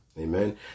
Amen